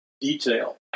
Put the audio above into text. detail